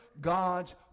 God's